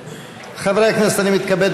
דברי הכנסת חוברת ב'